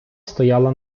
стояла